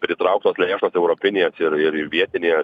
pritrauktos lėšos europinės ir ir vietinės